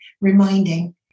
reminding